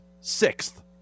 sixth